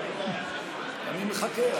אני מחכה.